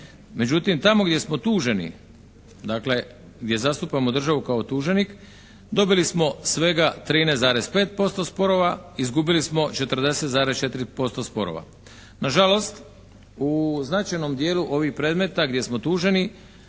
Međutim, tamo gdje smo tuženi, dakle gdje zastupamo državu kao tuženik, dobili smo svega 13,5% sporova, izgubili smo 40,4% sporova. Nažalost, u značajnom dijelu ovih predmeta gdje smo tuženi